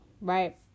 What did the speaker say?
right